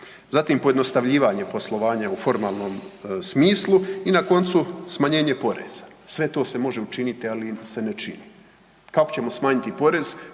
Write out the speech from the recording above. Zatim pojednostavljivanje poslovanja u formalnom smislu i na koncu smanjene poreza. Sve to se može učiniti, ali se ne čini. Kako ćemo smanjiti porez